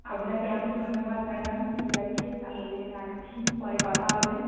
আপনাকে অনেক ধন্যবাদ ম্যাডাম ঠিক আছে তাহলে রাখছি পরে কথা হবে